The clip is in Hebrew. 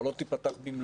או לא תיפתח במלואה.